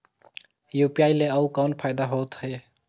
UPI ले अउ कौन फायदा होथ है?